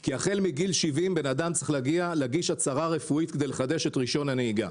כי החל מגיל 70 אדם צריך להגיש הצהרה רפואית כדי לחדש את רישיון הנהיגה.